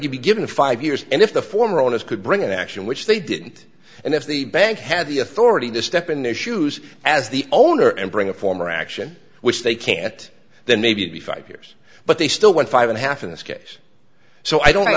to be given five years and if the former owners could bring an action which they didn't and if the bank had the authority to step in issues as the owner and bring a former action which they can't then maybe five years but they still went five and a half in this case so i don't know